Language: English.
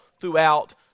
throughout